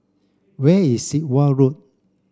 where is Sit Wah Road